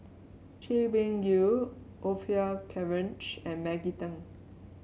Chay Weng Yew Orfeur Cavenagh and Maggie Teng